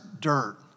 Dirt